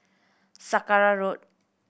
Sakra Road